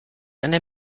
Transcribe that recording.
eine